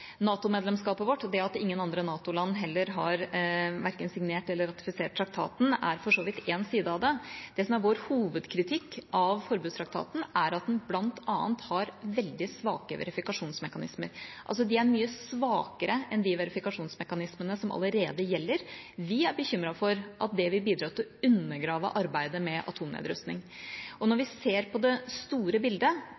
vårt og det at ingen andre NATO-land heller verken har signert eller ratifisert traktaten, er for så vidt én side av det. Det som er vår hovedkritikk av forbudstraktaten, er at den bl.a. har veldig svake verifikasjonsmekanismer, altså at de er mye svakere enn de verifikasjonsmekanismene som allerede gjelder. Vi er bekymret for at det vil bidra til å undergrave arbeidet med atomnedrustning. Når